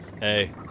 Hey